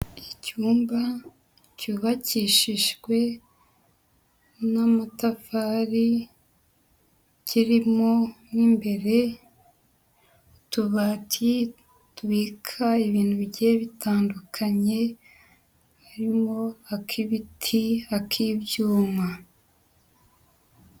Icyumba cyubakishijwe n'amatafari, kirimo mo imbere utubati tubika ibintu bigiye bitandukanye, harimo ak'ibiti, ak'ibyuma.